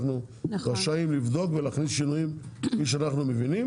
אנחנו רשאים לבדוק ולהכניס שינויים כפי שאנחנו מבינים,